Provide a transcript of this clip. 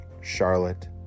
Charlotte